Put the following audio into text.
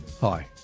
hi